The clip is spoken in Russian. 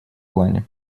плане